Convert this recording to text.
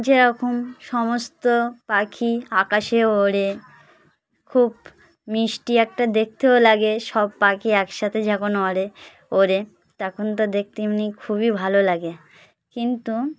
যেরকম সমস্ত পাখি আকাশে ওড়ে খুব মিষ্টি একটা দেখতেও লাগে সব পাখি একসাথে যখন অড়ে ওড়ে তখন তো দেখতে এমনি খুবই ভালো লাগে কিন্তু